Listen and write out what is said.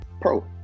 Pro